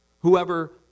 Whoever